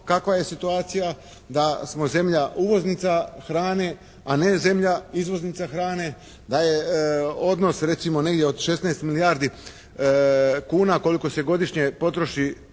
kakva je situacija, da smo zemlja uvoznica hrane a ne zemlja izvoznica hrane, da je odnos recimo negdje od 16 milijardi kuna koliko se godišnje potroši